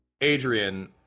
Adrian